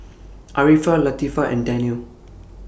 Arifa Latifa and Daniel